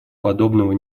подобного